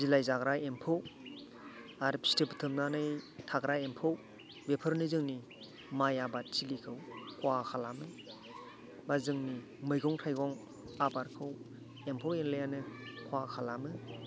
बिलाइ जाग्रा एम्फौ आरो फिथोब थोबनानै थाग्रा एम्फौ बेफोरनो जोंनि माइ आबाद थिलिखौ खहा खालामो बा जोंनि मैगं थाइगं आबादखौ एम्फौ एनलायानो खहा खालामो